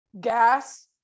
gas